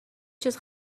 چیز